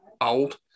old